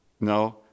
no